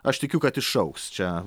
aš tikiu kad išaugs šia